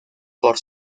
por